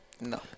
No